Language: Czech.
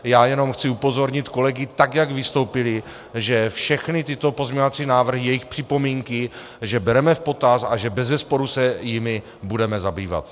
Já jenom chci upozornit kolegy, tak jak vystoupili, že všechny tyto pozměňovací návrhy, jejich připomínky bereme v potaz a že bezesporu se jimi budeme zabývat.